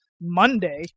Monday